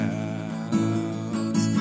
House